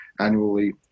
annually